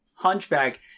Hunchback